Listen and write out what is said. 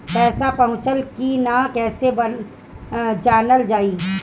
पैसा पहुचल की न कैसे जानल जाइ?